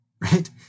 right